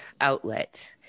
outlet